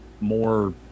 more